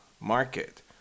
market